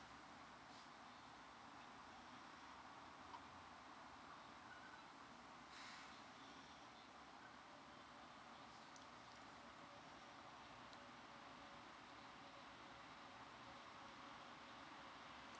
mm